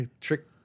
trick